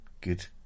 good